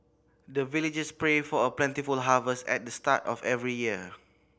the villagers pray for a plentiful harvest at the start of every year